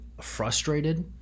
frustrated